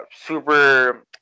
super